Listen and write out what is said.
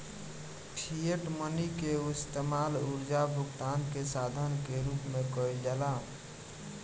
fiat money के इस्तमाल कर्जा भुगतान के साधन के रूप में कईल जाला